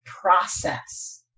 process